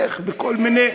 איזה כסף?